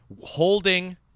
holding